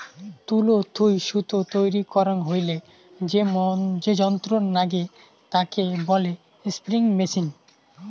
তুলো থুই সুতো তৈরী করাং হইলে যে যন্ত্র নাগে তাকে বলে স্পিনিং মেচিন